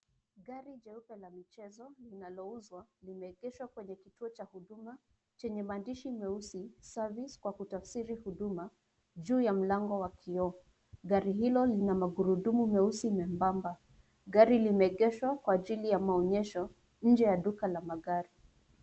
Gari jeupe la michezo linalouzwa limeegeshwa kwenye kituo cha huduma chenye maandishi meusi Service kwa kutafsiri huduma juu ya mlango wa kioo, gari hilo lina magurudumu meusi na miamba, gari limeegeshwa kwa ajili ya maonyesho nje la duka la magari.